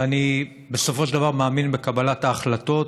ואני בסופו של דבר מאמין בקבלת ההחלטות.